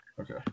Okay